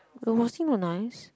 uh was he not nice